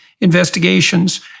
Investigations